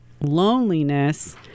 loneliness